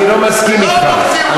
אני לא מסכים אתך.